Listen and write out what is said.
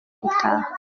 gutaha